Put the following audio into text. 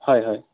হয় হয়